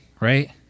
right